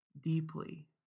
deeply